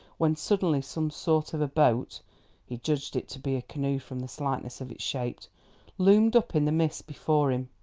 when suddenly some sort of a boat he judged it to be a canoe from the slightness of its shape loomed up in the mist before him.